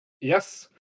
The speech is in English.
Yes